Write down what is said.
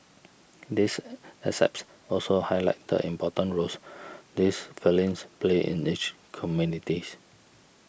these excerpts also highlight the important roles these felines play in each communities